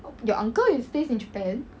your uncle is based in japan